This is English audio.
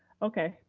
okay,